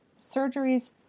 surgeries